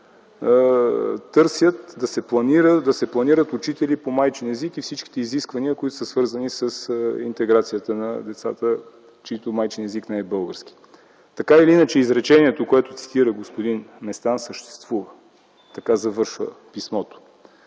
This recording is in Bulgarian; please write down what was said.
търсят, да се планират учители по майчин език и всички изисквания, свързани с интеграцията на децата, чийто майчин език не е българският. Така или иначе изречението, което цитира господин Местан, съществува – така завършва писмото.